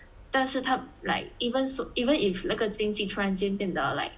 但是他 like even so even if 那个经济突然间变得 like